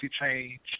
change